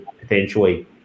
potentially